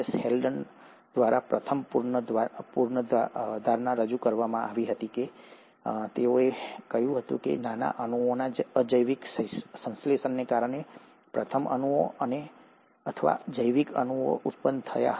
Haldane દ્વારા પ્રથમ પૂર્વધારણા રજૂ કરવામાં આવી હતી અને તેઓએ કહ્યું હતું કે નાના અણુઓના અજૈવિક સંશ્લેષણને કારણે પ્રથમ અણુઓ અથવા જૈવિક અણુઓ ઉત્પન્ન થયા હશે